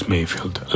Mayfield